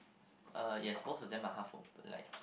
uh yes both of them are half op~ like